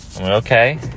Okay